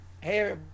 hey